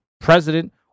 President